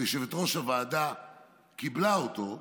ויושבת-ראש הוועדה קיבלה אותו,